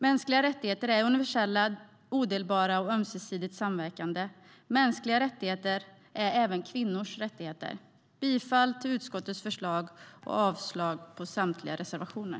Mänskliga rättigheter är universella, odelbara och ömsesidigt samverkande. Mänskliga rättigheter är även kvinnors rättigheter. Jag yrkar bifall till utskottets förslag och avslag på samtliga reservationer.